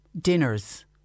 dinners